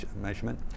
measurement